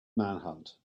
manhunt